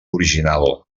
original